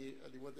מודה